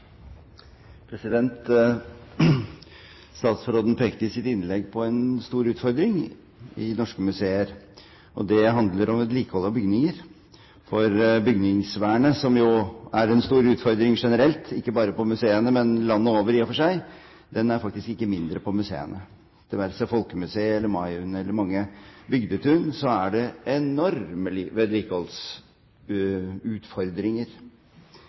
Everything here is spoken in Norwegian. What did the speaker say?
Statsråden pekte i sitt innlegg på en stor utfordring for norske museer, og det handler om vedlikehold av bygninger. Bygningsvernet, som jo er en stor utfordring generelt, landet over i og for seg, er faktisk ikke mindre på museene, det være seg på Norsk Folkemuseum, på Maihaugen eller på mange bygdetun, hvor det er enorme vedlikeholdsutfordringer. Det